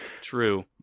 True